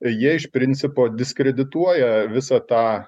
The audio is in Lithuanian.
jie iš principo diskredituoja visą tą